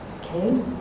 Okay